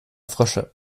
frösche